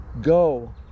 go